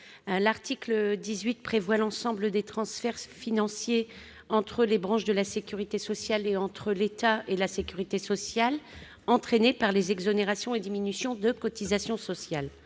L'article 18 prévoit l'ensemble des transferts financiers entre les branches de la sécurité sociale et entre l'État et la sécurité sociale entraînés par les exonérations et diminutions de cotisations sociales.